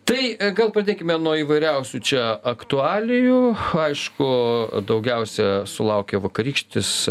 tai gal pradėkime nuo įvairiausių čia aktualijų aišku daugiausia sulaukė vakarykštis